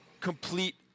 complete